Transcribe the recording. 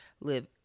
live